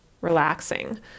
relaxing